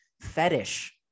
fetish